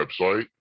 website